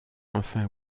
enfin